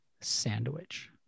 sandwich